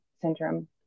syndrome